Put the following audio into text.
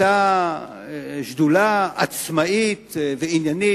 היא היתה שדולה עצמאית ועניינית.